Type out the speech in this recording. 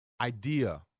idea